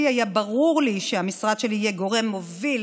היה ברור לי שהמשרד שלי יהיה גורם מוביל